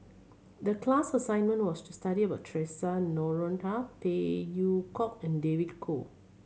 the class assignment was to study about Theresa Noronha Phey Yew Kok and David Kwo